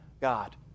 God